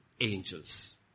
angels